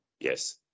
yes